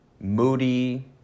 moody